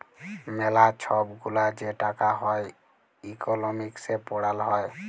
ম্যালা ছব গুলা যে টাকা হ্যয় ইকলমিক্সে পড়াল হ্যয়